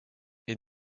est